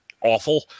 awful